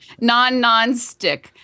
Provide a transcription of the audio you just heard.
Non-nonstick